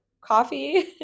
coffee